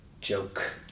joke